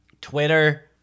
Twitter